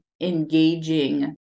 engaging